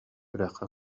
үрэххэ